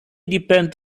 depend